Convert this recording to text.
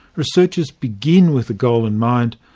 researchers begin with a goal in mind,